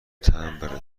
تمبر